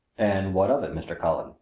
and what of it, mr. cullen?